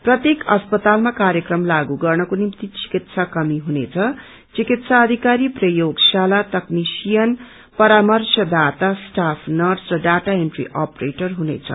प्रत्येक अस्पतालमा कार्यक्रम लागू गर्नको निम्ति चिकित्सा कर्मी हुनेछ चिकित्सा अधिक्परी प्रयोगशाला तक्रनिशीयन परामर्शदाता स्टाफ नर्श र डाटा एन्ट्री अपरेटर हुनेछ